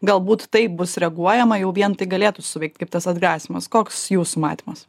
galbūt taip bus reaguojama jau vien tai galėtų suveikt kaip tas atgrasymas koks jūs matymas